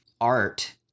art